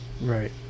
Right